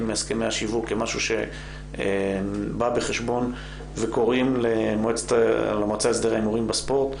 מהסכמי השיווק כמשהו שבא בחשבון וקוראים למועצה להסדרי הימורים בספורט,